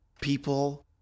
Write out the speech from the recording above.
people